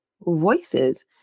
voices